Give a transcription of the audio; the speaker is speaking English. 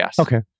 Okay